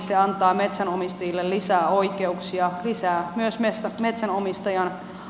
se antaa metsänomistajille lisää oikeuksia lisää myös metsänomistajan vastuuta